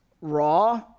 raw